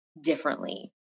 differently